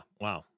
wow